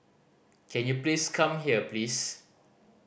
can you please come here please